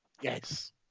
yes